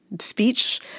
speech